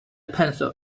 pencil